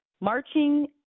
marching